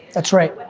that's right. but,